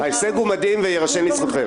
ההישג הוא מדהים ויירשם לזכותכם.